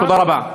תודה רבה.